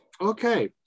Okay